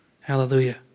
Hallelujah